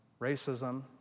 racism